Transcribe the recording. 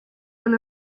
and